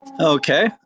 Okay